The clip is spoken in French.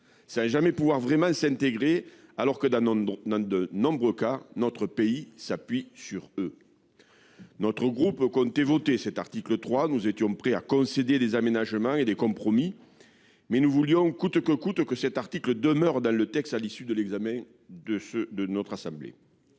sans jamais pouvoir véritablement s’intégrer, alors que, dans de nombreux cas, notre pays s’appuie sur eux. Le groupe RDSE comptait voter l’article 3. Nous étions prêts à concéder des aménagements et des compromis, mais nous voulions, coûte que coûte, que cet article reste dans le projet de loi, à l’issue de son examen par notre assemblée.